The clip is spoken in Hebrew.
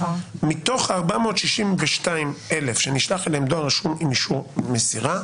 מתוך 462,000 שנשלח אליהם דואר רשום עם אישור מסירה,